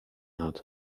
hat